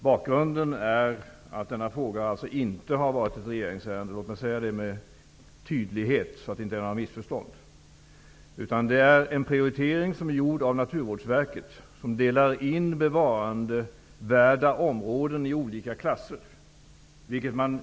Bakgrunden till att denna fråga inte har varit ett regeringsärende -- låt mig säga detta med tydlighet så att inga missförstånd uppstår -- är att Naturvårdsverket har gjort en prioritering som innebär att man delar in bevarandevärda områden i olika klasser.